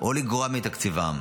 או לגרוע מתקציבן.